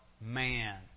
man